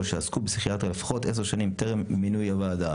"שעסקו בפסיכיאטריה לפחות עשר שנים טרם מינוי הוועדה".